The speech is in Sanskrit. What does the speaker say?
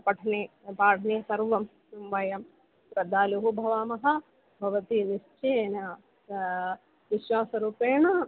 पठने पाठने सर्वं वयं श्रद्धालुः भवामः भवती निश्चयेन विश्वासरूपेण